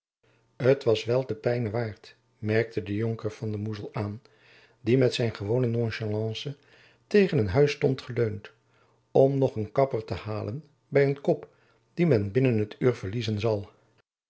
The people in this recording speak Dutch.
t was wel te pijne waard merkte de jonker van de moezel aan die met zijn gewone nonchalance tegen een huis stond geleund om nog een kapper te halen by een kop dien men binnen t uur verliezen zal